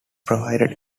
provided